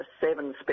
seven